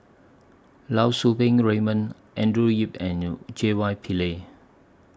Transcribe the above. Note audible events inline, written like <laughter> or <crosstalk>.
Lau <unintelligible> Raymond Andrew Yip and J Y Pillay